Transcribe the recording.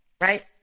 right